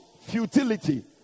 futility